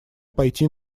пойти